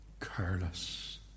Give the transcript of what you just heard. careless